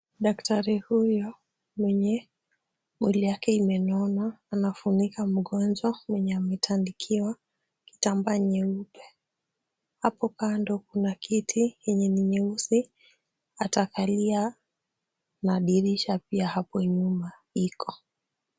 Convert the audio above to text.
Daktari huyo mwenyewe mwili yake imenona anafunika mgonjwa mwenye matandikiwa kitambaa nyeupe. Hapo kando kuna kiti yenye ni nyeusi atakalia na dirisha pia hapo nyuma iko.